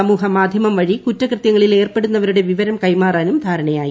സമൂഹ മാധ്യമം വഴി കുറ്റകൃത്യങ്ങളിൽ ഏർപ്പെടുന്നവരുടെ വിവരം കൈമാറാനും ധാരണയായി